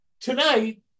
tonight